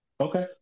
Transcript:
Okay